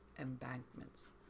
embankments